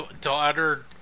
daughter